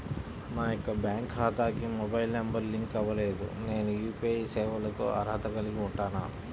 నా యొక్క బ్యాంక్ ఖాతాకి మొబైల్ నంబర్ లింక్ అవ్వలేదు నేను యూ.పీ.ఐ సేవలకు అర్హత కలిగి ఉంటానా?